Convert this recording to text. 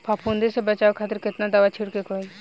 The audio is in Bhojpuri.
फाफूंदी से बचाव खातिर केतना दावा छीड़के के होई?